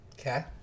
Okay